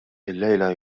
illejla